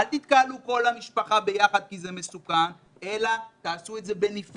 אל תתקהלו כל המשפחה ביחד כי זה מסוכן אלא תעשו את זה בנפרד.